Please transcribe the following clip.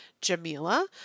Jamila